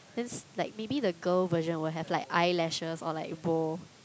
then s~ like maybe the girl version will have like eyelashes or like bow